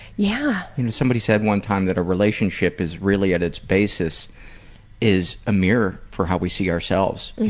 yeah. you know, somebody said one time that a relationship is really at its basis is a mirror for how we see ourselves.